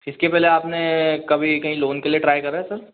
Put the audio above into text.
इसके पहले आपने कभी कहीं लोन के लिए ट्राई करा है सर